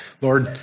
Lord